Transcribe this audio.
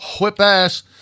whip-ass